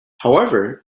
however